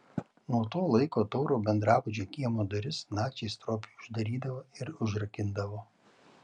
nuo to laiko tauro bendrabučio kiemo duris nakčiai stropiai uždarydavo ir užrakindavo